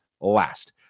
last